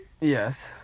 Yes